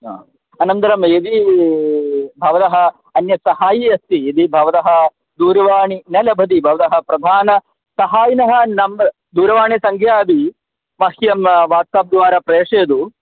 हा अनन्दरं यदि भवतः अन्यत् सहाय्ये अस्ति यदि भवतः दूरवाणी न लभति भवतः प्रधानः सहायिनः नम्बर् दूरवाणीसङ्ख्यादि मह्यं वाट्साप्द्वारा प्रेषयतु